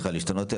להשתנות.